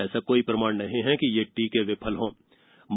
ऐसा कोई प्रमाण नहीं है कि यह टीके विफल होंगे